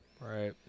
Right